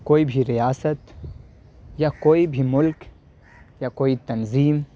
کوئی بھی ریاست یا کوئی بھی ملک یا کوئی تنظیم